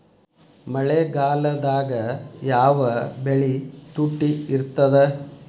ಮಳೆಗಾಲದಾಗ ಯಾವ ಬೆಳಿ ತುಟ್ಟಿ ಇರ್ತದ?